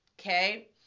okay